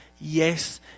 Yes